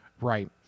Right